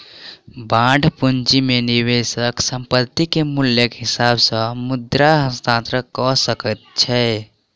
bond पूंजी में निवेशक संपत्ति के मूल्यक हिसाब से मुद्रा हस्तांतरण कअ सकै छै